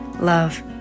Love